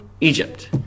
Egypt